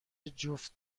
جفت